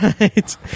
Right